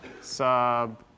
sub